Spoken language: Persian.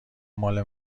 مال